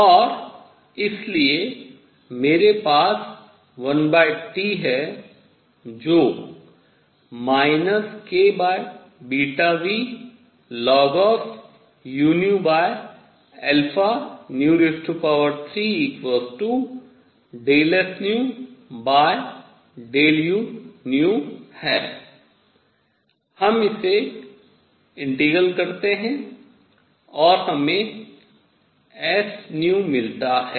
और इसलिए मेरे पास 1T है जो kβνln u3 ∂s∂u है हम इसे समाकलित करते हैं और हमें s मिलता है